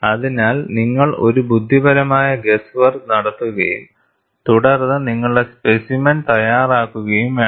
അതിനാൽ നിങ്ങൾ ഒരു ബുദ്ധിപരമായ ഗസ്സ് വർക്ക് നടത്തുകയും തുടർന്ന് നിങ്ങളുടെ സ്പെസിമെൻ തയ്യാറാക്കുകയും വേണം